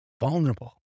vulnerable